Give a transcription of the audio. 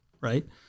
Right